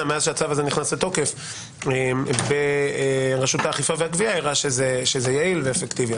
מאז הצו הזה נכנס לתוקף ברשות האכיפה והגבייה הראה שזה יעיל ואפקטיבי.